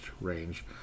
range